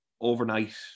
overnight